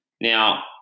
Now